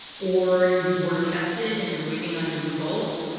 or you were tested and you're waiting on your results,